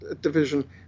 division